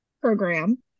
program